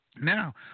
Now